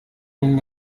umwana